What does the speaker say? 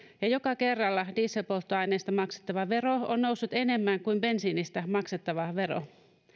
ja joka kerralla dieselpolttoaineesta maksettava vero on noussut enemmän kuin bensiinistä maksettava vero